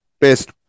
best